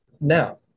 now